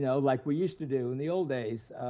so like we used to do in the old days,